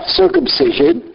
circumcision